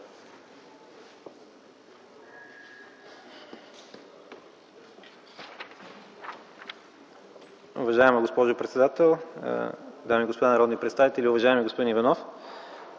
Уважаема госпожо председател, дами и господа народни представители, уважаеми господин Иванов!